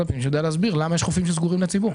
הפנים שיודע להסביר למה יש חופים שסגורים לציבור.